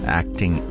acting